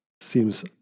Seems